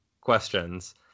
questions